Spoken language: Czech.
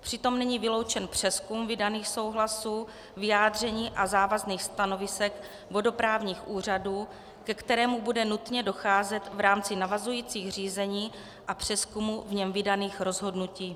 Přitom není vyloučen přezkum vydaných souhlasů, vyjádření a závazných stanovisek vodoprávních úřadů, ke kterému bude nutně docházet v rámci navazujících řízení a přezkumu v něm vydaných rozhodnutí.